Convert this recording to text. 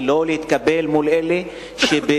שלא להתקפל מול אלה שבמרמה,